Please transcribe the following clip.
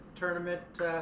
tournament